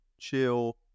chill